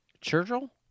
Churchill